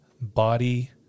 body